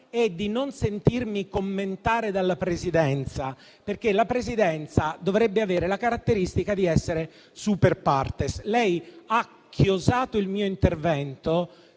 e di non sentirmi commentare dalla Presidenza, perché la Presidenza dovrebbe avere la caratteristica di essere *super partes*. Lei ha chiosato il mio intervento,